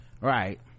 right